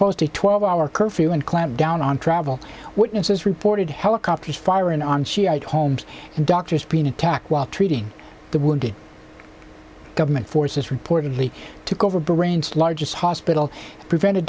imposed a twelve hour curfew and clampdown on travel witnesses reported helicopters firing on shiite homes and doctors been attacked while treating the wounded government forces reportedly took over branes largest hospital prevented